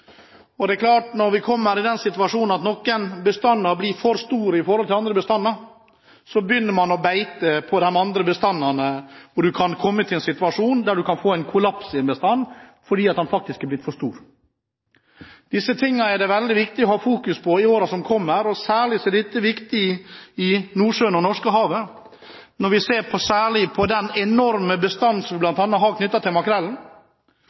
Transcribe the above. predatorer. Det er klart at når noen bestander blir for store i forhold til andre bestander, begynner man å beite på de andre bestandene, og man kan komme i en situasjon der det blir kollaps i en bestand fordi den faktisk er blitt for stor. Disse tingene er det veldig viktig å fokusere på i årene som kommer. Spesielt er dette viktig i Nordsjøen og i Norskehavet, særlig når vi ser på den enorme bestanden som bl.a. er knyttet til makrellen.